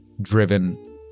driven